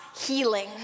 healing